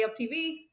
UpTV